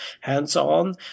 hands-on